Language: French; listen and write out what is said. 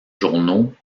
journaux